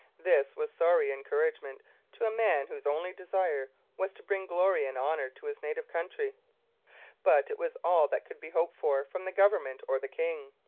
this was sorry encouragement to a man whose only desire was to bring glory and honour to his native country but it was all that could be hoped for from the government or the king.